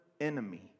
enemy